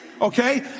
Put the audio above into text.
Okay